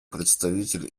представитель